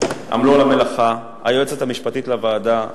היועצת המשפטית לוועדה,